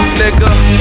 nigga